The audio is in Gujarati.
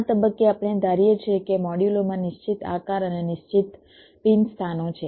આ તબક્કે આપણે ધારીએ છીએ કે મોડ્યુલોમાં નિશ્ચિત આકાર અને નિશ્ચિત પિન સ્થાનો છે